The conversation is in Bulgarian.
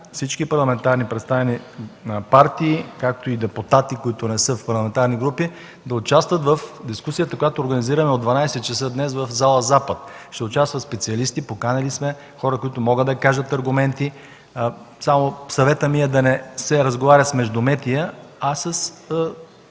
всички парламентарно представени партии, както и депутати, които не са в парламентарни групи, да участват в дискусията, която организираме от 12,00 ч. днес в зала „Запад”. Ще участват специалисти. Поканили сме хора, които могат да кажат аргументи. Съветът ми е да не се разговаря с междуметия, а с